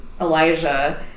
Elijah